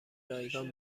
رایگان